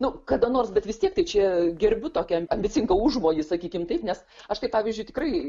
nu kada nors bet vis tiek tai čia gerbiu tokį ambicingą užmojį sakykim taip nes aš tai pavyzdžiui tikrai